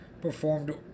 performed